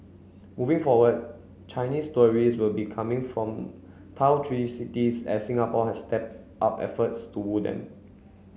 moving forward Chinese tourist will be coming from three cities as Singapore has stepped up efforts to woo them